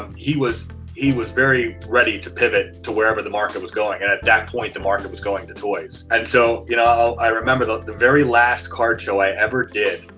he was he was very ready to pivot to wherever the market was going. and at that point, the market was going to toys. and so, you know i remember like the very last card show i ever did,